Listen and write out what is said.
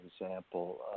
example